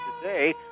today